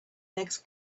legs